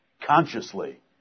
consciously